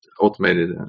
automated